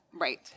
Right